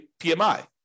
PMI